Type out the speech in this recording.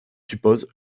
suppose